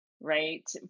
right